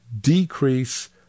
decrease